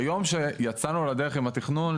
ביום שיצאנו לדרך עם התכנון,